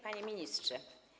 Panie Ministrze!